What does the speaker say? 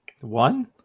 one